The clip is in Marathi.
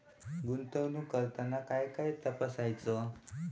गुंतवणूक करताना काय काय तपासायच?